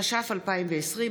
התש"ף 2020,